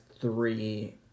three